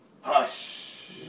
Hush